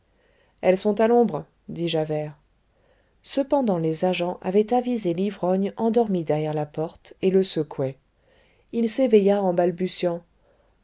elles sont à l'ombre dit javert cependant les agents avaient avisé l'ivrogne endormi derrière la porte et le secouaient il s'éveilla en balbutiant